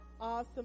awesome